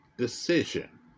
decision